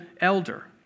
elder